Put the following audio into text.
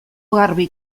garbi